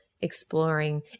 exploring